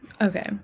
Okay